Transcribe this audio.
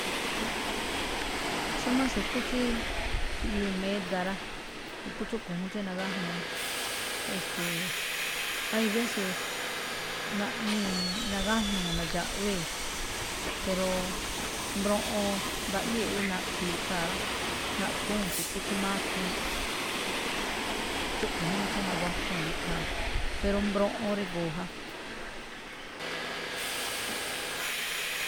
Xómá xu̱kú tsí mbiꞌyuu méda rá, xu̱kú tsúꞌkho̱ juun tsí nagájnuu, e̱ste̱e̱, hay veces naꞌnii̱ nagájnuu̱ nadxaꞌwée̱, pero mbroꞌon ndaꞌyée̱ rí naꞌkhui̱i̱ khaa̱ rá, naꞌkhúu̱n xu̱kú tsí mákiin, tsúꞌkho̱ júún tsí naguatuu̱n ikhaa̱, pero mbroꞌon rego̱o̱ ja.